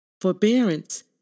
Forbearance